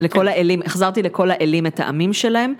לכל האלים, החזרתי לכל האלים את העמים שלהם.